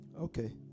Okay